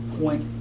point